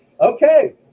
Okay